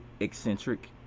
eccentric